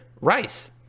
rice